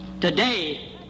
Today